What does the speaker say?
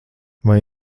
vai